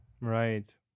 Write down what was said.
Right